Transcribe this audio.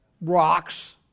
Rocks